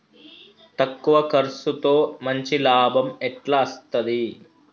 తక్కువ కర్సుతో మంచి లాభం ఎట్ల అస్తది?